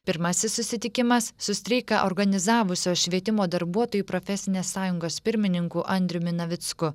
pirmasis susitikimas su streiką organizavusios švietimo darbuotojų profesinės sąjungos pirmininku andriumi navicku